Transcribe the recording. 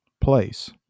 place